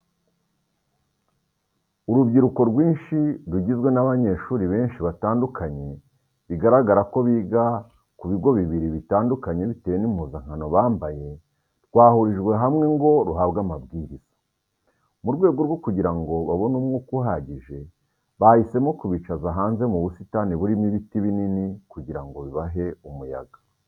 Urubyiruko rwinshi rugizwe n'abanyeshuri benshi batandukanye bigaragara ko biga ku bigo bibiri bitandukanye bitewe n'impuzankano bambaye, rwahurijwe hamwe ngo ruhabwe amabwiriza. Mu rwego rwo kugira ngo babone umwuka uhagije, bahisemo kubicaza hanze mu busitani burimo ibiti binini kugira ngo bibahe umuyaga.